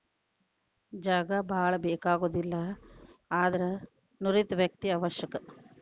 ಜಾಗಾ ಬಾಳ ಬೇಕಾಗುದಿಲ್ಲಾ ಆದರ ನುರಿತ ವ್ಯಕ್ತಿ ಅವಶ್ಯಕ